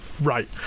Right